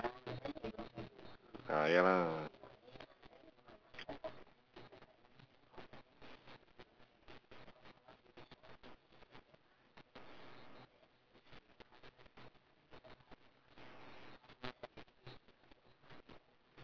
ah ya lah